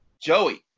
Joey